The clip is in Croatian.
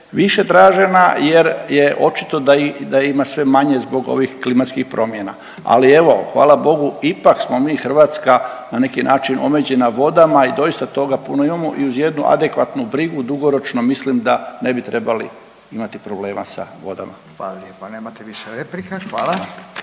više tražena jer je očito da ima sve manje zbog ovih klimatskih promjena. Ali evo hvala Bogu ipak smo mi Hrvatski na neki način omeđena vodama i doista toga puno imamo i uz jednu adekvatnu brigu dugoročno mislim da ne bi trebali imati problema sa vodama. **Radin, Furio (Nezavisni)** Hvala